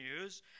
news